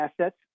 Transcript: assets